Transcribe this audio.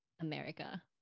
America